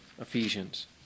Ephesians